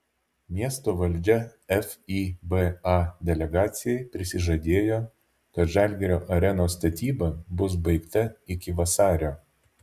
miesto valdžia fiba delegacijai prisižadėjo kad žalgirio arenos statyba bus baigta iki vasario